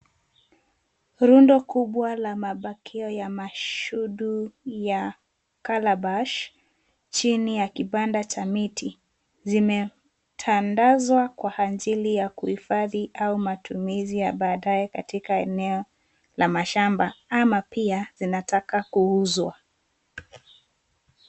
Rundo kubwa la mabakio ya mashudu ya calabash chini ya kibanda cha miti. Zimetandazwa kwa ajili ya kuhifadhi au matumizi ya baadae katika eneo la mashamba ama pia zinataka kuuzwa.